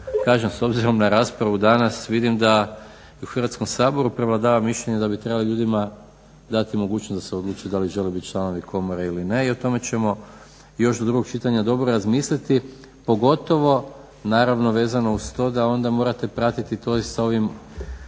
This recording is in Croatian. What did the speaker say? kažem s obzirom na raspravu danas vidim da u Hrvatskom saboru prevladava mišljenje da bi trebalo ljudima dati mogućnost da se odluče da li žele biti članovi komore ili ne i o tome ćemo još do drugog čitanja dobro razmisliti, pogotovo naravno vezano uz to da onda morate pratiti i sa ovim